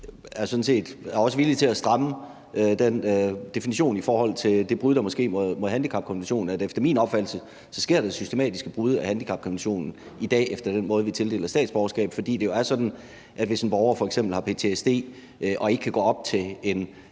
er også villig til at stramme definitionen i forhold til det brud, der er sket mod handicapkonventionen, for efter min opfattelse sker der systematiske brud på handicapkonventionen i dag efter den måde, vi tildeler statsborgerskab på, fordi det jo er sådan, at hvis en borger f.eks. har ptsd og ikke kan gå op til en